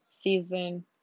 season